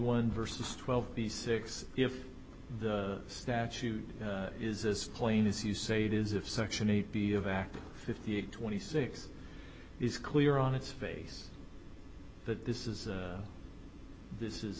one versus twelve b six if the statute is as plain as you say it is of section eight b of act fifty eight twenty six is clear on its face that this is this is